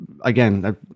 Again